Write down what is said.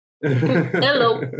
Hello